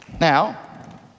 Now